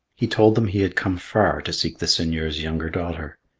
he told them he had come far to seek the seigneur's younger daughter.